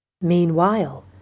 Meanwhile